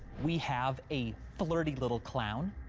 we have a flirty little clown,